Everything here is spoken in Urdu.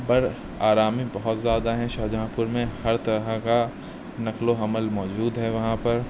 پر آرا میں بہت زیادہ ہیں شاہجہاں پور میں ہر طرح کا نقل و حمل موجود ہے وہاں پر